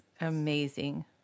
amazing